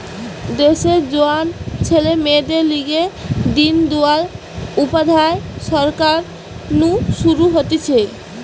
দেশের জোয়ান ছেলে মেয়েদের লিগে দিন দয়াল উপাধ্যায় সরকার নু শুরু হতিছে